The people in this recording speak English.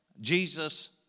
Jesus